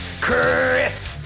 Chris